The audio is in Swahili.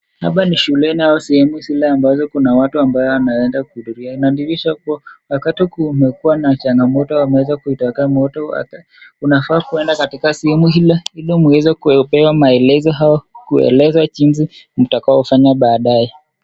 Hapa ni shuleni au sehemu zile ambazo kuna watu ambao wameweza kuhudhuria, inadhihirisha kuwa wakati kumekuwa na changamoto, wameweza kutokea moto, unafaa kwenda katika sehemu hilo, ili mweze kupewa maelezo au kuelezwa jinsi mtakaofanya badaye.